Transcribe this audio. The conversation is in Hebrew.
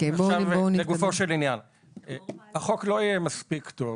לא יהיה מספיק טוב